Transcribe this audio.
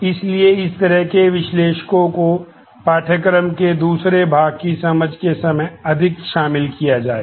इसलिए इस तरह के विश्लेषकों को पाठ्यक्रम के दूसरे भाग की समझ के समय अधिक शामिल किया जाएगा